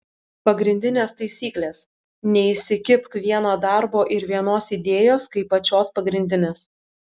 pagrindinės taisyklės neįsikibk vieno darbo ir vienos idėjos kaip pačios pagrindinės